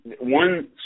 one